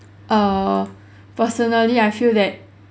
err personally I feel that